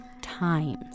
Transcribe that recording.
times